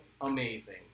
amazing